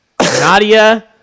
Nadia